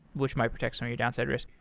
which might protect some of your downside risk.